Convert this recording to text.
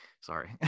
sorry